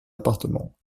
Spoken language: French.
appartement